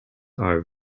are